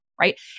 right